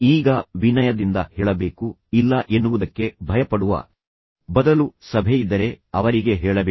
ಈಗ ವಿನಯದಿಂದ ಹೇಳಬೇಕು ಇಲ್ಲ ಎನ್ನುವುದಕ್ಕೆ ಭಯಪಡುವ ಬದಲು ನಿಮ್ಮ ಬಳಿ ಏನಿದೆಯೋ ಸಭೆಯಿದ್ದರೆ ಅವರಿಗೆ ಹೇಳಬೇಕು